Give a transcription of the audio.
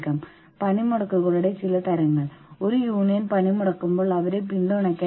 കാരണം സംഘടന ധാരാളം പണം സമ്പാദിക്കുന്നു